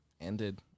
ended